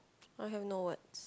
I have no words